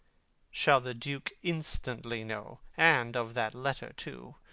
shall the duke instantly know and of that letter too